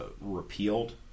repealed